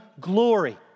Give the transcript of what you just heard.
glory